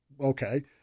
okay